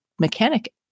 mechanic